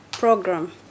Program